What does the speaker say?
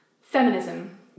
Feminism